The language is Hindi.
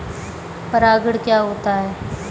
परागण क्या होता है?